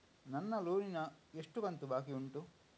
ನನ್ನ ಲೋನಿನ ಎಷ್ಟು ಕಂತು ಬಾಕಿ ಉಂಟು?